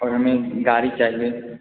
और हमें गाड़ी चाहिए